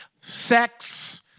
sex